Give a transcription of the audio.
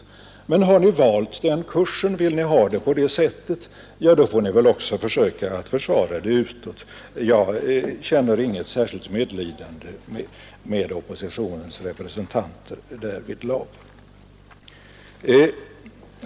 Men har ni valt den kursen, och vill ni ha det på det sättet — ja, då får ni väl också försöka att försvara det utåt. Jag känner inget särskilt medlidande med oppositionens representanter därvidlag.